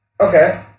Okay